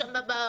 הבוכים?